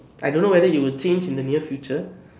I don't know whether it will change in the near future